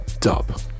dub